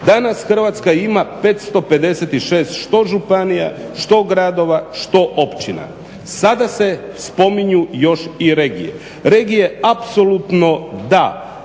Danas Hrvatska ima 556 što županija, što gradova, što općina. Sada se spominju i regije. Regije apsolutno da,